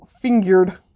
fingered